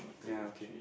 ya okay